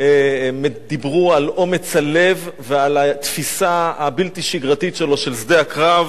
דיברו על אומץ הלב ועל התפיסה הבלתי שגרתית שלו של שדה הקרב